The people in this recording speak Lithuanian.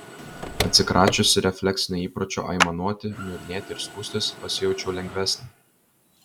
atsikračiusi refleksinio įpročio aimanuoti niurnėti ir skųstis pasijaučiau lengvesnė